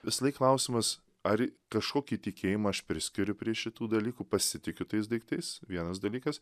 visąlaik klausimas ar į kažkokį tikėjimą aš priskiriu prie šitų dalykų pasitikiu tais daiktais vienas dalykas